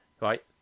right